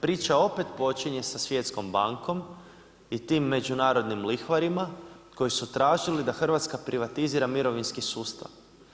Priča opet počinje sa Svjetskom bankom i tim međunarodnim lihvarima, koji su tražili da Hrvatska privatizira mirovinski sustav.